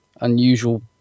unusual